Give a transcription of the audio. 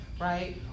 Right